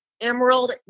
emerald